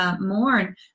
Mourn